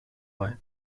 light